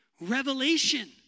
Revelation